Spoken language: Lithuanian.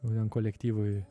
naujam kolektyvui